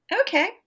Okay